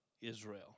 Israel